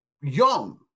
young